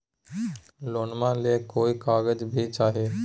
लोनमा ले कोई कागज भी चाही?